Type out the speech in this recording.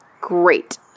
Great